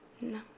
No